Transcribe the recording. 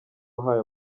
wahaye